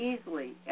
easily